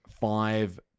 five